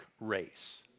race